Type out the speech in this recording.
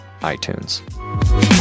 iTunes